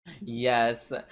yes